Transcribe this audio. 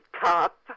top